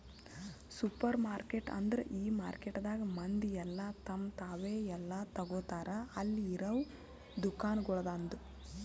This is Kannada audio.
ಸೂಪರ್ಮಾರ್ಕೆಟ್ ಅಂದುರ್ ಈ ಮಾರ್ಕೆಟದಾಗ್ ಮಂದಿ ಎಲ್ಲಾ ತಮ್ ತಾವೇ ಎಲ್ಲಾ ತೋಗತಾರ್ ಅಲ್ಲಿ ಇರವು ದುಕಾನಗೊಳ್ದಾಂದು